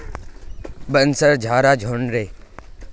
बांसशेर झाड़ घरेड आस पास लगाना शुभ ह छे